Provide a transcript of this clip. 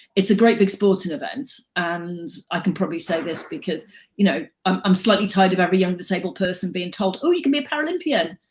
it's a great big sporting event and i can probably say this, because you know, i'm slightly tired of every young disabled person being told, oh you can be a paralympian.